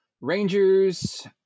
Rangers